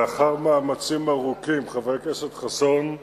לאחר מאמצים ארוכים, חבר הכנסת חסון,